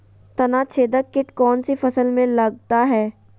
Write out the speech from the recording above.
तनाछेदक किट कौन सी फसल में लगता है?